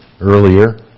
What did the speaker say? earlier